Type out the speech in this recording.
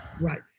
Right